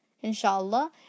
inshallah